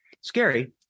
Scary